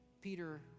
Peter